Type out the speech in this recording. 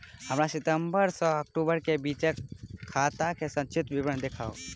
हमरा सितम्बर सँ अक्टूबर केँ बीचक खाता केँ संक्षिप्त विवरण देखाऊ?